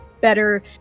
better